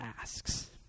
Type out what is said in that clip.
asks